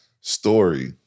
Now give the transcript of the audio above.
story